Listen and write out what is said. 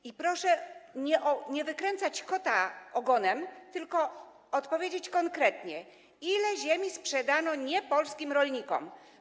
I proszę nie wykręcać kota ogonem, tylko odpowiedzieć konkretnie, ile ziemi sprzedano niepolskim rolnikom.